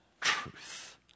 truth